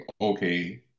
okay